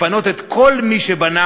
לפנות את כל מי שבנה